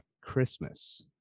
Christmas